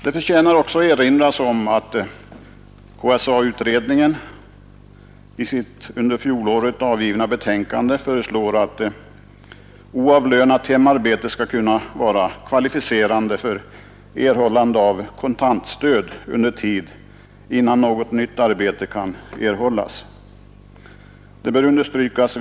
Det förtjänar också erinras om att KSA-utredningen i sitt under fjolåret avgivna betänkande föreslår att oavlönat hemarbete skall kunna vara kvalificerande för erhållande av kontant stöd under den tid som går innan något nytt arbete kan erhållas.